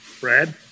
Brad